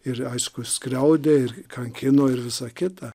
ir aišku skriaudė ir kankino ir visa kita